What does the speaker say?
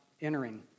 entering